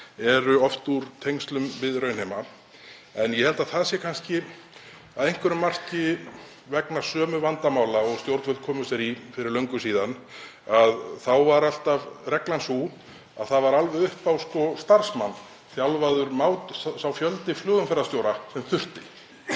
eru oft úr tengslum við raunheima. Ég held að það sé að einhverju marki vegna sömu vandamála og stjórnvöld komu sér í fyrir löngu. Þá var reglan alltaf sú að það var alveg upp á starfsmann þjálfaður sá fjöldi flugumferðarstjóra sem þurfti,